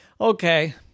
okay